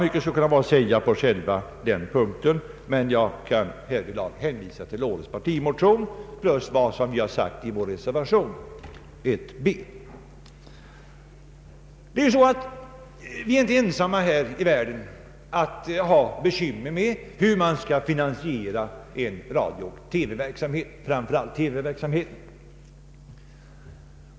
Mycket skulle kunna vara att säga på den punkten, men jag kan hänvisa till årets partimotion samt till vad vi framhållit i reservation 1 b. Vi är ju inte ensamma i världen att ha bekymmer med hur man skall finansiera en utvidgad radiooch TV-verksamhet, framför allt det senare.